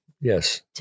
Yes